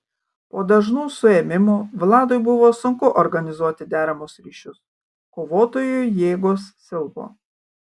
po dažnų suėmimų vladui buvo sunku organizuoti deramus ryšius kovotojų jėgos silpo